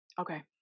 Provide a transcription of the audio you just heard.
Okay